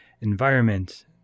environment